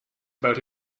about